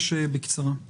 מזה שהוזכר כאן.